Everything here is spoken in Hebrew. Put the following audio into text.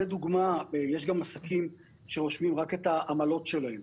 לדוגמה, יש גם עסקים שרושמים רק את העמלות שלהם.